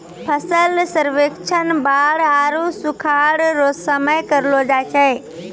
फसल सर्वेक्षण बाढ़ आरु सुखाढ़ रो समय करलो जाय छै